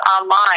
online